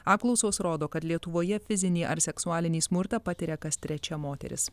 apklausos rodo kad lietuvoje fizinį ar seksualinį smurtą patiria kas trečia moteris